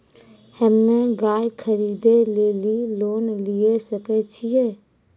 हम्मे गाय खरीदे लेली लोन लिये सकय छियै?